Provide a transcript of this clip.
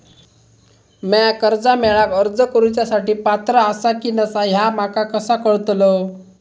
म्या कर्जा मेळाक अर्ज करुच्या साठी पात्र आसा की नसा ह्या माका कसा कळतल?